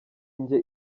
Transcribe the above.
njye